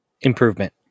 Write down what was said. Improvement